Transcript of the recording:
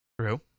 True